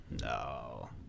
no